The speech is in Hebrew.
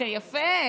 תיקון מס' 5. יפה.